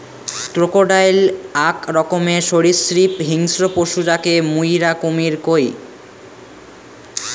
crocodile আক রকমের সরীসৃপ হিংস্র পশু যাকে মুইরা কুমীর কহু